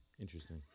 Interesting